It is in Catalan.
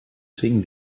cinc